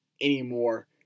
anymore